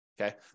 okay